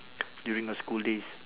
during your school days